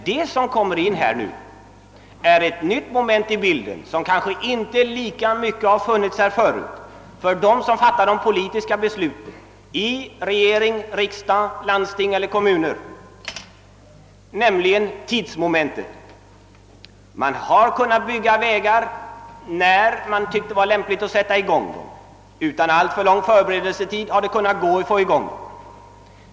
Men där kommer det in ett nytt moment, som inte har funnits tidigare och som berör alla som fattar de politiska besluten —i regeringen, i riksdagen, i landstingen eller i kommunerna — nämligen tidsmomentet. Tidigare har vi kunnat bygga vägar när vi ansåg detta lämpligt. Vi har kunnat sätta i gång arbetena utan alltför långa förberedelser.